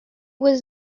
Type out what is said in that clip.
was